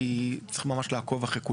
כי צריך ממש לעקוב אחרי כולם,